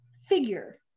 figure